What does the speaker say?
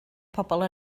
pobl